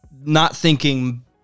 not-thinking